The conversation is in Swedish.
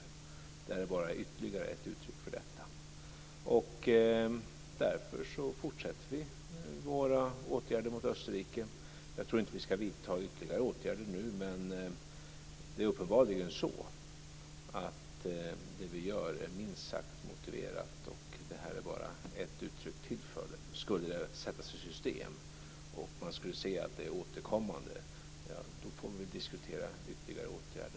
Det här är bara ytterligare ett uttryck för detta. Därför fortsätter vi våra åtgärder mot Österrike. Jag tror inte att vi ska vidta ytterligare åtgärder nu, men det är uppenbarligen så att det som vi gör är minst sagt motiverat. Det här är bara ett uttryck till för det. Skulle detta sättas i system och vi skulle se att det är återkommande, får vi väl diskutera ytterligare åtgärder.